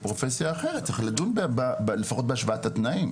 פרופסיה אחרת, צריך לדון, לפחות בהשוואת התנאים.